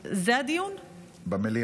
במליאה.